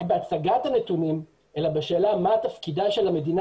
בהצגת הנתונים אלא בשאלה מה תפקידה של המדינה,